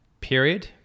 period